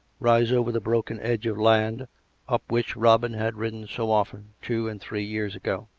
rise over the broken edge of land up which robin had ridden so often two and three years ago.